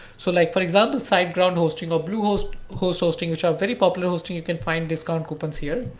so like for example, siteground hosting or bluehost hosting, which are very popular hosting, you can find discount coupons here.